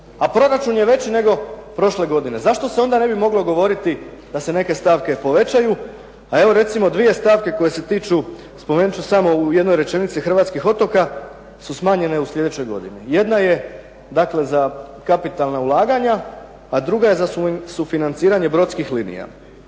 a proračun je veći nego prošle godine. Zašto se onda ne bi moglo govoriti da se neke stavke povećaju, a evo recimo dvije stavke koje se tiču spomenut ću samo u jednoj rečenici hrvatskih otoka su smanjene u slijedećoj godini. Jedna je za kapitalna ulaganja a druga je za sufinanciranje brodskih linija.